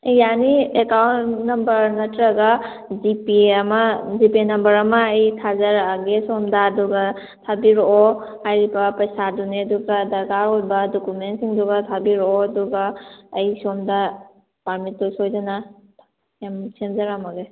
ꯑꯦ ꯌꯥꯅꯤ account number ꯅꯠꯇ꯭ꯔꯒ ꯖꯤꯄꯦ ꯑꯃ ꯖꯤꯄꯦ ꯅꯝꯕꯔ ꯑꯃ ꯑꯩ ꯊꯥꯖꯔꯛꯑꯒꯦ ꯁꯣꯝꯗ ꯑꯗꯨꯒ ꯊꯥꯕꯤꯔꯛꯑꯣ ꯍꯥꯏꯔꯤꯕ ꯄꯩꯁꯥꯗꯨꯅꯦ ꯑꯗꯨꯒ ꯗꯔꯀꯥꯔ ꯑꯣꯏꯕ ꯗꯣꯀꯨꯃꯦꯟꯁꯤꯡꯗꯨꯒ ꯊꯥꯕꯤꯔꯛꯑꯣ ꯑꯗꯨꯒ ꯑꯩ ꯁꯣꯝꯗ ꯄꯥꯔꯃꯤꯠꯇꯨ ꯁꯣꯏꯗꯅ ꯁꯦꯝꯖꯔꯝꯃꯒꯦ